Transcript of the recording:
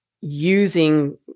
using